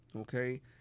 okay